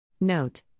Note